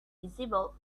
visible